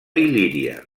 il·líria